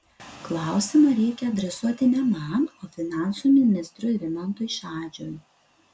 klausimą reikia adresuoti ne man o finansų ministrui rimantui šadžiui